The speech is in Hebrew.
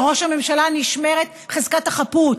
לראש הממשלה נשמרת חזקת החפות,